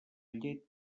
llet